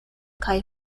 kaj